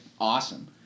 awesome